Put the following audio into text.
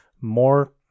more